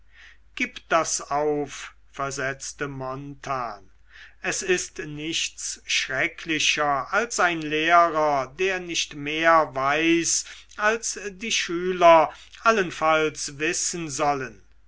gib das auf versetzte montan es ist nichts schrecklicher als ein lehrer der nicht mehr weiß als die schüler allenfalls wissen sollen